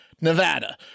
Nevada